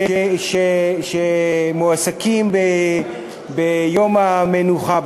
שמועסקים ביום המנוחה,